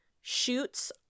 shoots